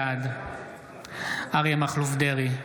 בעד אריה מכלוף דרעי,